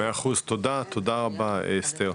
מאה אחוז, תודה רבה אסתר,